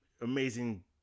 amazing